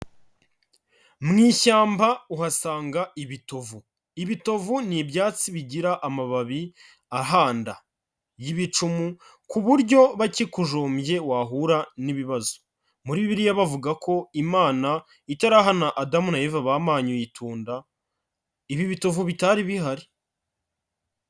Mu ishyamba uhasanga ibitovu, ibitovu ni ibyatsi bigira amababi ahanda y'ibicumu, ku buryo bakikujombye wahura n'ibibazo, muri Bibiliya bavuga ko Imana itarahana Adamu na Eva, bamanyuye itunda, ibi bitovu bitari bihari.